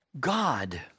God